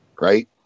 right